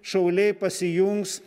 šauliai pasijungs